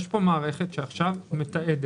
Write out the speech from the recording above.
יש פה מערכת שמתעדת